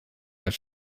als